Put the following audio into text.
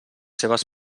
seves